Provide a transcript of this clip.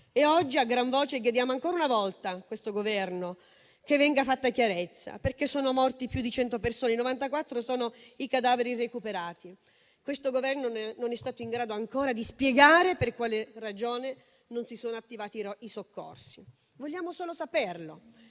Oggi, a gran voce, chiediamo ancora una volta al Governo che venga fatta chiarezza, perché sono morte più di 100 persone (i cadaveri recuperati sono 94). Il Governo non è ancora stato in grado di spiegare per quale ragione non si sono attivati i soccorsi. Vogliamo solo saperlo.